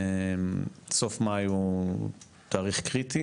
סוף מאי הוא תאריך קריטי